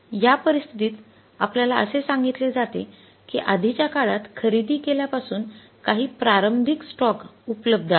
या परिस्थितीत आपल्याला असे सांगितले जाते की आधीच्या काळात खरेदी केल्यापासून काही प्रारंभिक स्टॉक उपलब्ध आहेत